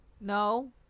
No